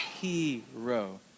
Hero